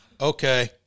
okay